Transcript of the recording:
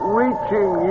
reaching